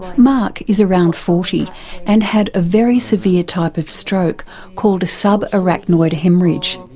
mark is around forty and had a very severe type of stroke called a subarachnoid haemorrhage.